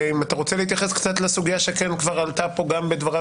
אם אתה רוצה להתייחס קצת לסוגיה שכן כבר עלתה פה גם בדבריו